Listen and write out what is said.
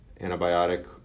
antibiotic